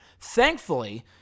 Thankfully